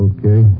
Okay